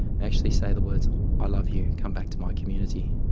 actually say the words i love you, come back to my community.